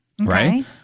right